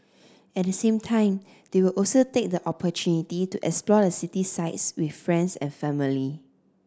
at the same time they will also take the opportunity to explore the city sights with friends and family